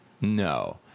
No